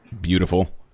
beautiful